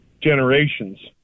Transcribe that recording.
generations